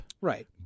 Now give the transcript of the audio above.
Right